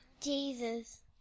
Jesus